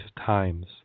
times